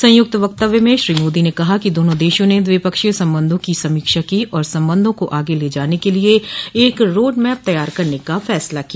संयुक्त वक्तव्य में श्री मोदी ने कहा कि दोनों देशों ने द्विपक्षीय संबंधों की समीक्षा की और संबंधों को आगे ले जाने के लिए एक रोड मैप तैयार करने का फैसला किया